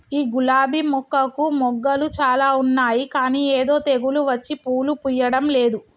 ఈ గులాబీ మొక్కకు మొగ్గలు చాల ఉన్నాయి కానీ ఏదో తెగులు వచ్చి పూలు పూయడంలేదు